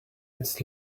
its